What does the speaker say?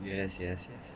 yes yes yes